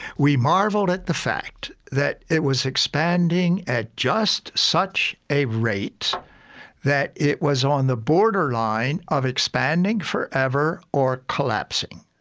we marveled at the fact that it was expanding at just such a rate that it was on the borderline of expanding forever or collapsing.